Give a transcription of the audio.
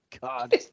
god